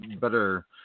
better